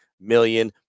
million